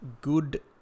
good